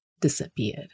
disappeared